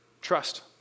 Trust